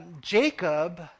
Jacob